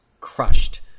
crushed